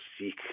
seek